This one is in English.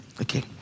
okay